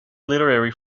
literary